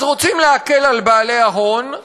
אז רוצים להקל על בעלי ההון,